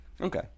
Okay